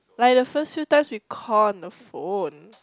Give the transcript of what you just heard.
like the first few times we call on the phone